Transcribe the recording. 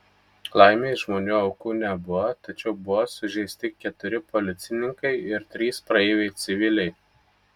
laimei žmonių aukų nebuvo tačiau buvo sužeisti keturi policininkai ir trys praeiviai civiliai